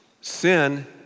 Sin